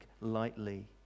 lightly